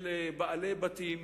של בעלי בתים